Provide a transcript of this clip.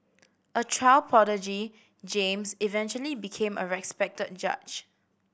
a child prodigy James eventually became a respected judge